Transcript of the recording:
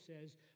says